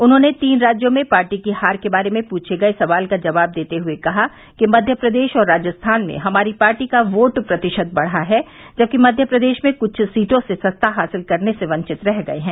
उन्होंने तीन राज्यों में पार्टी की हार के बारे में पूछे गये सवाल का जवाब देते हुए कहा कि मध्य प्रदेश और राजस्थान में हमारी पार्टी का वोट प्रतिशत बढ़ा है जबकि मध्य प्रदेश में कुछ सीटों से सत्ता हासिल करने से वंचित रह गये हैं